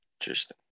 Interesting